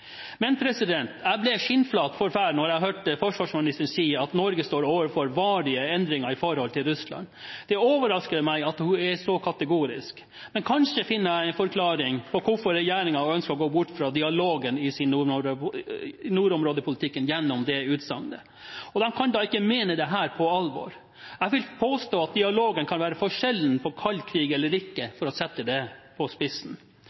Men jeg ble «skinnflat forfær» da jeg hørte forsvarsministeren si at Norge står overfor varige endringer i forholdet til Russland. Det overrasker meg at hun er så kategorisk. Men kanskje finner jeg en forklaring på hvorfor regjeringen ønsker å gå bort fra dialogen i nordområdepolitikken gjennom det utsagnet. De kan da ikke mene dette på alvor. Jeg vil påstå at dialogen kan være forskjellen på kald krig og ikke, for å sette det på spissen.